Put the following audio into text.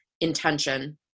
intention